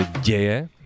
děje